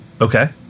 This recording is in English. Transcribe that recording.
Okay